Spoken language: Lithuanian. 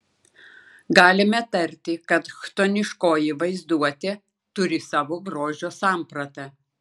galime tarti kad chtoniškoji vaizduotė turi savo grožio sampratą